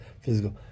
physical